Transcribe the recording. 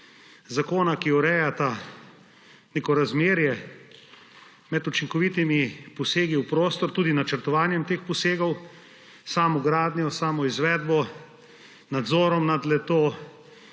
zakona, ki urejata neko razmerje med učinkovitimi posegi v prostor, tudi načrtovanjem teh posegov, samogradnjo, samoizvedbo, nadzorom nad le-to.